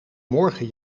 morgen